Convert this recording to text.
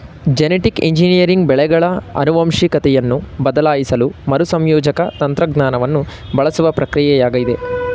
genetic engineering ಬೆಳೆಗಳ ಆನುವಂಶಿಕತೆಯನ್ನು ಬದಲಾಯಿಸಲು ಮರುಸಂಯೋಜಕ ತಂತ್ರಜ್ಞಾನವನ್ನು ಬಳಸುವ ಪ್ರಕ್ರಿಯೆಯಾಗಿದೆ